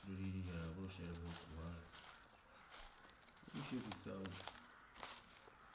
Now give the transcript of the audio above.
Piro riirii- haraaboroo sa airaba huku- haaraha, bisio pita